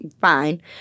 fine